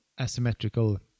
asymmetrical